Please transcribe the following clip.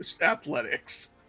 athletics